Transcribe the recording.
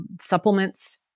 supplements